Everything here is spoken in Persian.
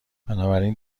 بنابراین